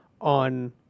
on